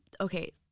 okay